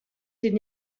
die